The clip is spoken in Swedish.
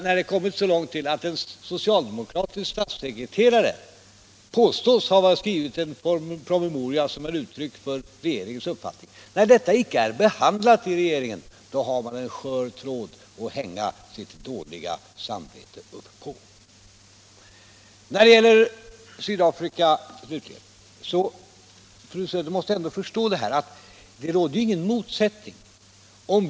När det kommit så långt som till att en socialdemokratisk statssekreterare påstås ha skrivit en promemoria som ger uttryck för regeringens uppfattning trots att frågan icke behandlats i regeringen, då har man en skör tråd att hänga upp sitt dåliga samvete på! Vad beträffar Sydafrika slutligen så måste fru Söder ändå förstå att det finns ingen motsättning i vad vi säger.